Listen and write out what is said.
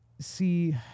see